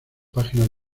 páginas